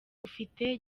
ufite